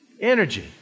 energy